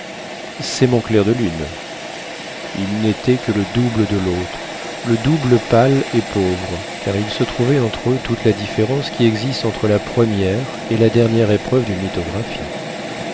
c'est mon clair de lune il n'était que le double de l'autre le double pâle et pauvre car il se trouvait entre eux toute la différence qui existe entre la première et la dernière épreuve d'une